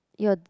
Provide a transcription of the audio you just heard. you're